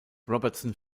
robertson